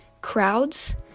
crowds